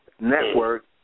network